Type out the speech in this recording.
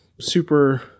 super